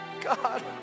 God